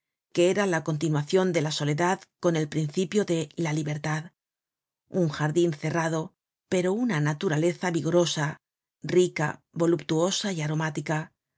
que era la continuacion de la soledad con el principio de la libertad un jardin cerrado pero una naturaleza vigorosa rica voluptuosa y aromática